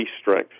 strength